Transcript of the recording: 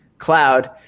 Cloud